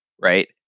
right